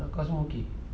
engkau semua okay